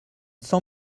cent